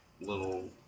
little